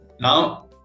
now